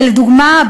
ולדוגמה,